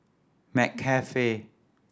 McCafe